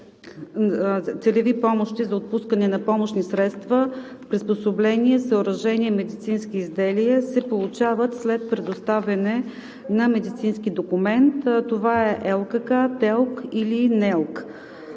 целеви помощи за отпускане на помощни средства, приспособления, съоръжения и медицински изделия се получават след предоставяне на медицински документ – ЛКК, ТЕЛК или НЕЛК,